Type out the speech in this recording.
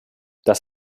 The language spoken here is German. das